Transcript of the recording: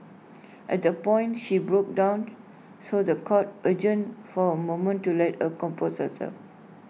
at that point she broke down so The Court adjourned for A moment to let her compose herself